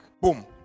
Boom